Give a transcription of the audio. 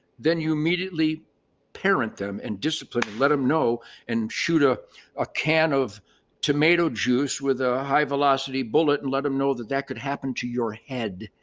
then you immediately parent them and discipline and let them know and shoot ah a can of tomato juice with a high velocity bullet and let them know that that could happen to your head.